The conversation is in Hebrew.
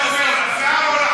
אה?